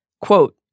Quote